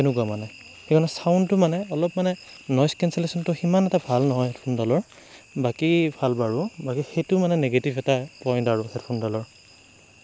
এনেকুৱা মানে সেইকাৰণে ছাউণ্ডটো মানে অলপ মানে নইজ কেঞ্চেলেচনটো সিমান এটা ভাল নহয় হেডফোনডালৰ বাকী ভাল বাৰু বাকী সেইটো মানে নিগেটিভ এটা পইণ্ট আৰু হেডফোনডালৰ